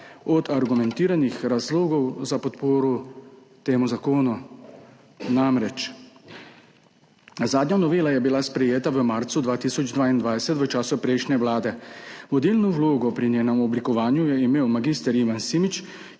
od argumentiranih razlogov za podporo temu zakonu. Zadnja novela je bila namreč sprejeta v marcu 2022 v času prejšnje vlade. Vodilno vlogo pri njenem oblikovanju je imel mag. Ivan Simič,